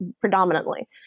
predominantly